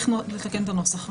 שהגישו תביעת חוב.